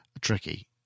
tricky